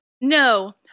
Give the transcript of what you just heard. No